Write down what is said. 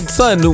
son